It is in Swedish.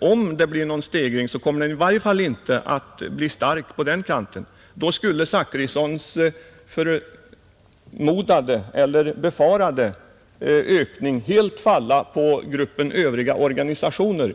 om det blir någon ökning så kommer den i varje fall inte att bli stark på den kanten. Då skulle herr Zachrissons ”befarade ökning” helt falla på gruppen övriga organisationer.